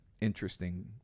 interesting